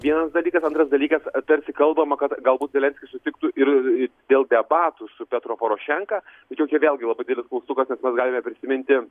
vienas dalykas antras dalykas tarsi kalbama kad galbūt zelenskis sutiktų ir dėl debatų su petro porošenka tačiau čia vėlgi labai didelis klaustukas nes mes galime prisiminti